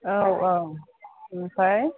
औ औ ओमफाय